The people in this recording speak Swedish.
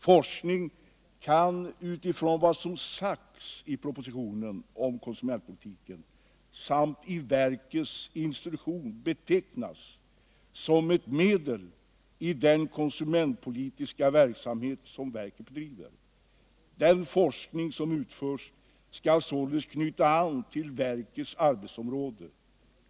Forskning kan enligt vad som sagts i propositionen om konsumentpolitiken samt i verkets instruktion betecknas som ett medel i den konsumentpolitiska verksamhet som verket bedriver. Den forskning som utförs skall således knyta an till verkets arbetsområde.